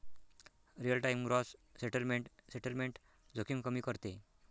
real time gross settlement settlement जोखीम कमी करते